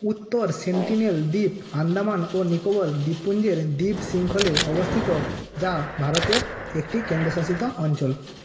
উত্তর সেন্টিনেল দ্বীপ আন্দামান ও নিকোবর দ্বীপপুঞ্জের দ্বীপশৃঙ্খলে অবস্থিত যা ভারতের একটি কেন্দ্রশাসিত অঞ্চল